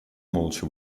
молча